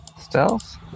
Stealth